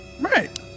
Right